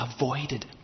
avoided